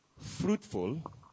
fruitful